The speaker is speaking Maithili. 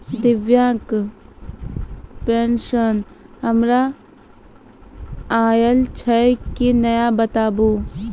दिव्यांग पेंशन हमर आयल छै कि नैय बताबू?